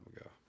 ago